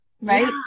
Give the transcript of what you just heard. Right